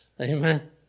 Amen